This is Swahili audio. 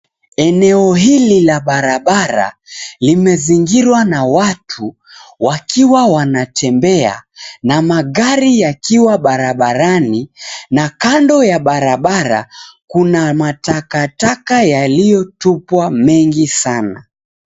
Eneo hili la barabara, limezingirwa na watu, wakiwa wanatembea, na magari yakiwa barabarani na kando ya barabara, kuna matakataka yaliyotupwa mengi sana.